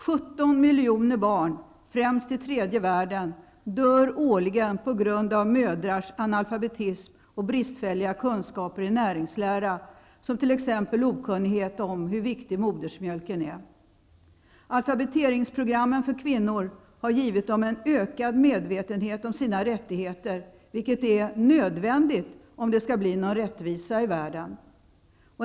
17 miljoner barn, främst i tredje världen, dör årligen på grund av mödrars analfabetism och bristfälliga kunskaper i näringslära, som t.ex. okunnighet om hur viktig modersmjölken är. Alfabeteringsprogrammen för kvinnor har givit dem en ökad medvetenhet om sina rättigheter, vilket är nödvändigt om det skall bli någon rättvisa i världen.